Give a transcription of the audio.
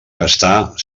gastar